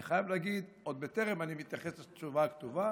אני חייב להגיד עוד בטרם אני מתייחס לתשובה כתובה